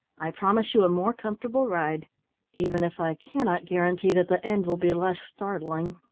i promise you a more comfortable ride even if i cannot guarantee that the end will be less startling.